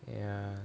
ya